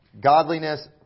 godliness